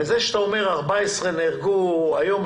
זה שאתה אומר 14 נהרגו היום,